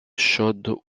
chaude